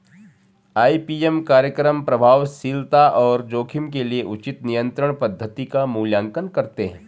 IPM कार्यक्रम प्रभावशीलता और जोखिम के लिए उचित नियंत्रण पद्धति का मूल्यांकन करते हैं